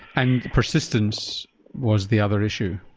and persistence was the other issue?